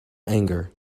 anger